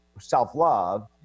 self-love